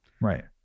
Right